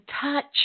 touch